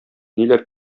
ниләр